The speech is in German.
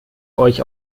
euch